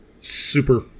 super